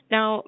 Now